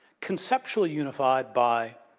conceptually unified by